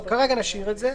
כרגע נשאיר את זה.